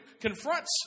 confronts